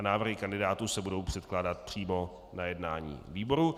Návrhy kandidátů se budou předkládat přímo na jednání výboru.